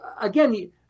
again